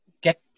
get